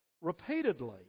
repeatedly